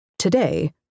Today